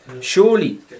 surely